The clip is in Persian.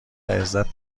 عزتم